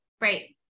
right